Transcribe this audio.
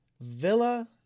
Villa